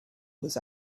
was